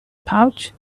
pouch